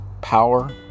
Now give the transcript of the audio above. power